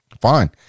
fine